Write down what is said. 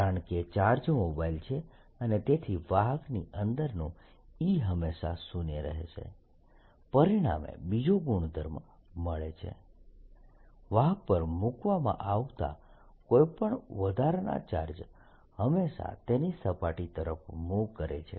કારણ કે charge mobile છે અને તેથી વાહકની અંદરનું E હંમેશાં શૂન્ય રહેશે પરિણામે બીજો ગુણધર્મ મળે છે વાહક પર મૂકવામાં આવતા કોઈ પણ વધારાના ચાર્જ હંમેશા તેની સપાટી તરફ મૂવ કરે છે